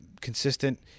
consistent